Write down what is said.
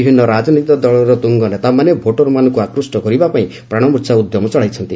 ବିଭିନ୍ନ ରାଜନୈତିକ ଦଳର ତୁଙ୍ଗ ନେତାମାନେ ଭୋଟର୍ମାନଙ୍କୁ ଆକୃଷ୍ଟ କରିବାପାଇଁ ପ୍ରାଣମ୍ଭର୍ଚ୍ଛା ଉଦ୍ୟମ ଚଳାଇଛନ୍ତି